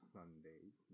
Sundays